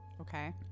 Okay